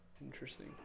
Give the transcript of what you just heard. Interesting